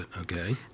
Okay